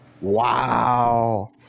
Wow